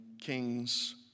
kings